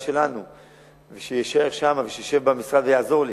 שלנו הוא יישאר שם וישב במשרד ויעזור לי.